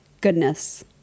goodness